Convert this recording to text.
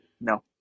No